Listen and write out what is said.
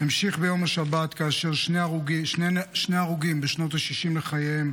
המשיך ביום שבת עם שני הרוגים בשנות ה-60 לחייהם